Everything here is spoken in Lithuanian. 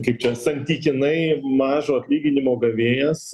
kaip čia santykinai mažo atlyginimo gavėjas